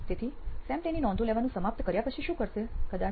તેથી સેમ તેની નોંધો લેવાનું સમાપ્ત કર્યા પછી શું કરશે કદાચ